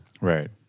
Right